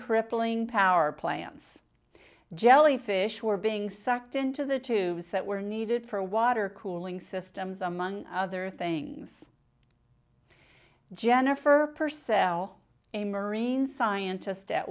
crippling power plants jellyfish were being sucked into the tubes that were needed for water cooling systems among other things jennifer purcell a marine scientist at